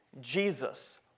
Jesus